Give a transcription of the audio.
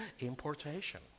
Importation